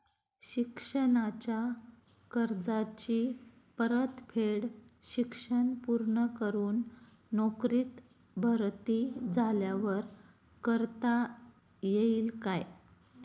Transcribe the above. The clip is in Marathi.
शिक्षणाच्या कर्जाची परतफेड शिक्षण पूर्ण करून नोकरीत भरती झाल्यावर करता येईल काय?